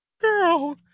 Girl